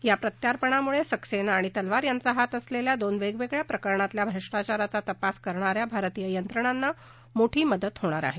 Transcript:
या प्रत्यार्पणामुळे सक्सेना आणि तलवार यांचा हात असलेल्या दोन वेगवेगळ्या प्रकरणातल्या भ्रष्टाचाराचा तपास करणा या भारतीय यंत्रणांना मोठी मदत होणार आहे